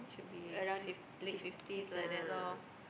around fifties ah